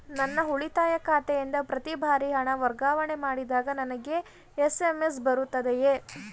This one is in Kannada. ನನ್ನ ಉಳಿತಾಯ ಖಾತೆಯಿಂದ ಪ್ರತಿ ಬಾರಿ ಹಣ ವರ್ಗಾವಣೆ ಮಾಡಿದಾಗ ನನಗೆ ಎಸ್.ಎಂ.ಎಸ್ ಬರುತ್ತದೆಯೇ?